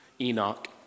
Enoch